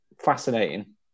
Fascinating